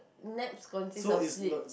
naps consist of sleep